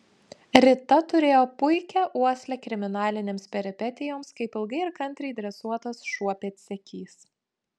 rita turėjo puikią uoslę kriminalinėms peripetijoms kaip ilgai ir kantriai dresuotas šuo pėdsekys